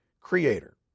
creator